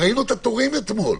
ראינו את התורים אתמול.